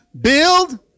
build